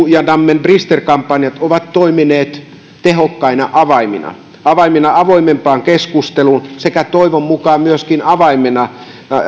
ja dammen brister kampanjat ovat toimineet tehokkaina avaimina avaimina avoimempaan keskusteluun sekä toivon mukaan myöskin avaimina